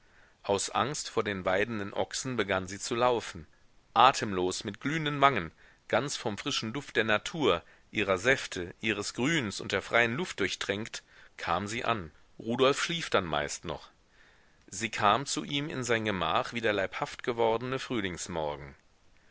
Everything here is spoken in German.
aus angst vor den weidenden ochsen begann sie zu laufen atemlos mit glühenden wangen ganz vom frischen duft der natur ihrer säfte ihres grüns und der freien luft durchtränkt kam sie an rudolf schlief dann meist noch sie kam zu ihm in sein gemach wie der leibhaftgewordene frühlingsmorgen